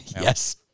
Yes